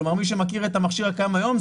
כלומר מי שמכיר את המכשיר הקיים היום,